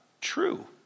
true